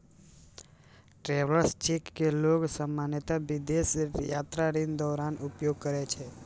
travellers cheque कें लोग सामान्यतः विदेश यात्राक दौरान उपयोग करै छै